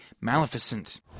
Maleficent